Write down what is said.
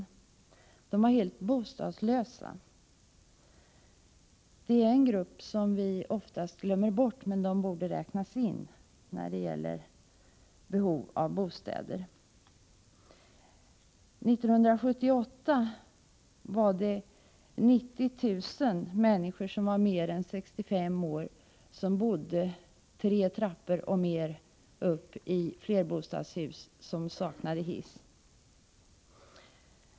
Dessa människor var helt bostadslösa. Detta är en grupp som vi oftast glömmer bort, men den borde räknas in när det gäller behov av bostäder. 1978 bodde 90 000 människor, som var över 65 år, minst tre trappor upp i flerbostadshus utan hiss.